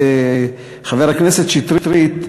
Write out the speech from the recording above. חבר הכנסת שטרית,